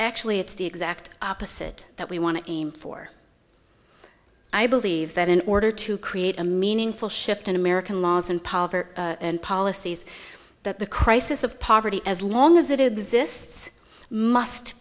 actually it's the exact opposite that we want to aim for i believe that in order to create a meaningful shift in american laws and poverty and policies that the crisis of poverty as long as it exists must